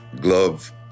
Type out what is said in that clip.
glove